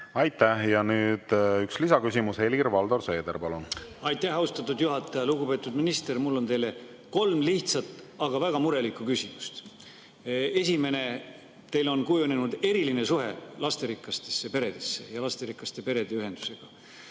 Aitäh! Ja nüüd üks lisaküsimus. Helir-Valdor Seeder, palun! Aitäh, austatud juhataja! Lugupeetud minister! Mul on teile kolm lihtsat, aga väga murelikku küsimust. Esimene: teil on kujunenud eriline suhtumine lasterikastesse peredesse ja lasterikaste perede ühendusse.